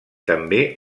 també